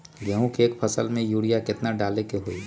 गेंहू के एक फसल में यूरिया केतना डाले के होई?